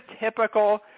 typical